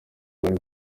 bari